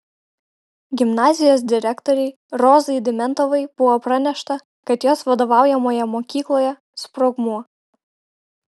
gimnazijos direktorei rozai dimentovai buvo pranešta kad jos vadovaujamoje mokykloje sprogmuo